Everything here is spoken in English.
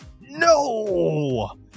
No